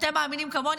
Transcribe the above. אתם מאמינים כמוני?